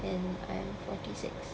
when I'm forty six